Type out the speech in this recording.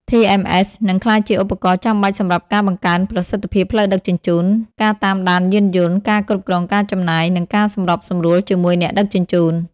TMS នឹងក្លាយជាឧបករណ៍ចាំបាច់សម្រាប់ការបង្កើនប្រសិទ្ធភាពផ្លូវដឹកជញ្ជូន ការតាមដានយានយន្ត ការគ្រប់គ្រងការចំណាយ និងការសម្របសម្រួលជាមួយអ្នកដឹកជញ្ជូន។